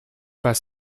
pas